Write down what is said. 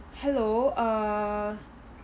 hello uh